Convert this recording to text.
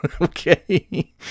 Okay